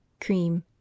cream